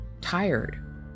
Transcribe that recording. tired